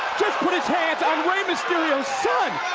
just put his hands on rey mysterio's son.